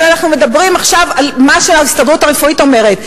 אנחנו מדברים עכשיו על מה שההסתדרות הרפואית אומרת.